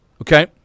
Okay